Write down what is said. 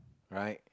right